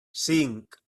cinc